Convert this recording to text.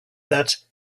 that